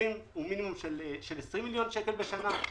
מכירים הוא 20 מיליון שקל בשנה,